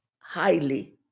highly